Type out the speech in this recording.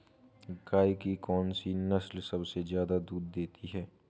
गाय की कौनसी नस्ल सबसे ज्यादा दूध देती है?